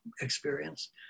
experience